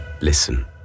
listen